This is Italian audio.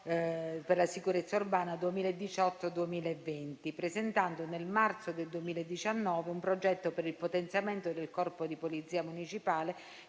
per la sicurezza urbana 2018-2020, presentando, nel marzo 2019, un progetto per il potenziamento del Corpo di polizia municipale,